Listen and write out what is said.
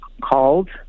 called